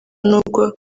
n’ubwo